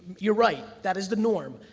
you're right, that is the norm.